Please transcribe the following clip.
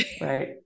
Right